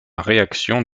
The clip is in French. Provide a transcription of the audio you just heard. réaction